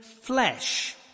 flesh